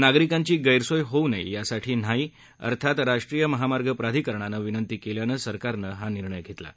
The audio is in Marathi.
नागरिकांची गैरसोय होऊ नये यासाठी न्हाई अर्थात राष्ट्रीय महामार्ग प्राधिकरणानं विनंती केल्यानं सरकारनं हा निर्णय घेतला आहे